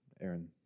aaron